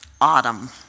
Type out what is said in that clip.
autumn